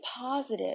positive